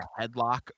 headlock